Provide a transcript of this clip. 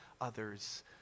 others